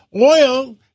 oil